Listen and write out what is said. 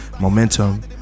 Momentum